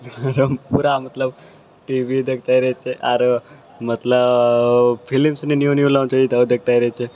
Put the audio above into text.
पूरा मतलब T V देखिते रहै छै आरो मतलब फिल्म सनि न्यू न्यू लाँच होइ छै तऽ देखिते रहै छै